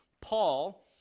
Paul